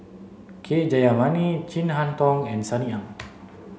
K Jayamani Chin Harn Tong and Sunny Ang